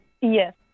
Yes